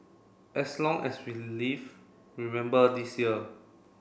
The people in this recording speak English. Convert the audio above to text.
as long as we live remember this year